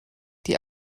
die